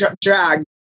drag